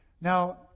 Now